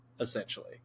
essentially